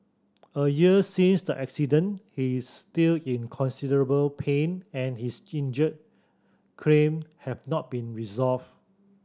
a year since the accident he is still in considerable pain and his injury claim has not been resolved